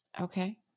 Okay